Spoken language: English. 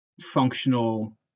functional